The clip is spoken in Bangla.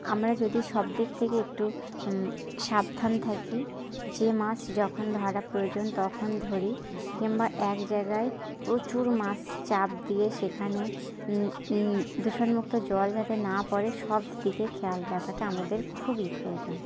আমরা যদি সব দিক থেকে একটু সাবধান থাকি যে মাছ যখন ধরা প্রয়োজন তখন ধরি কিংবা এক জায়গায় প্রচুর মাছ চাপ দিয়ে সেখানে দূষণমুক্ত জল যাতে না পড়ে সব দিকে খেয়াল রাখাটা আমাদের খুবই প্রয়োজন